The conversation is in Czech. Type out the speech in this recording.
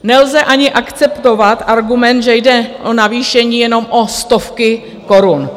Nelze ani akceptovat argument, že jde o navýšení jenom o stovky korun.